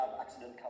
accident